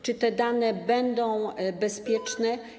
Czy te dane będą bezpieczne?